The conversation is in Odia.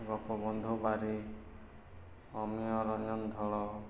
ଗୋପବନ୍ଧୁ ବାରିକ ଅମୀୟ ରଞ୍ଜନ ଧଳ